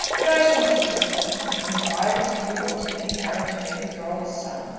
but i shall not do so at the present moment either to you or to any parent who may withdraw his son.